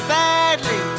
badly